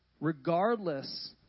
Regardless